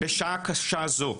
בשעה קשה זו,